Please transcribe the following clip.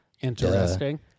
interesting